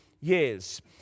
years